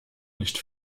nicht